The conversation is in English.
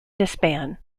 disband